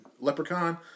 leprechaun